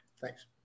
Thanks